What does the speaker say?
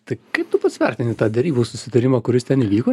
tai kaip tu pats vertini tą derybų susitarimą kuris ten įvyko